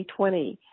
2020